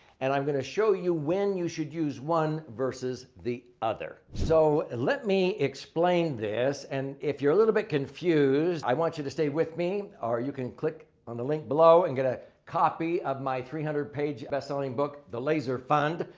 and i'm going to show you when you should use one versus the other. so, let me explain this. and if you're a little bit confused, i want you to stay with me or you can click on the link below and get a copy of my three hundred page bestselling book the laser fund.